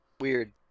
Weird